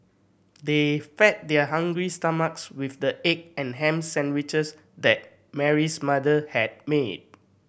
they fed their hungry stomachs with the egg and ham sandwiches that Mary's mother had made